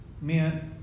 meant